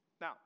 Now